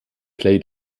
play